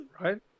right